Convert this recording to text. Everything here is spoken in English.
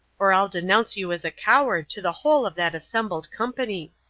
or i'll denounce you as a coward to the whole of that assembled company.